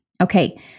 Okay